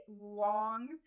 long